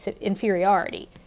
inferiority